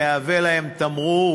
יהווה להם תמרור,